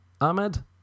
Ahmed